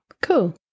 cool